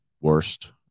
worst